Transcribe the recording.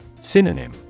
Synonym